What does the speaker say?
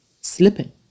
slipping